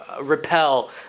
repel